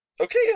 okay